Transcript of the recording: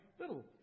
Little